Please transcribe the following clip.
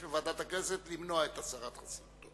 מוועדת הכנסת למנוע את הסרת החסינות.